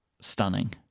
stunning